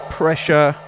pressure